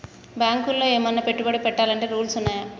బ్యాంకులో ఏమన్నా పెట్టుబడి పెట్టాలంటే రూల్స్ ఉన్నయా?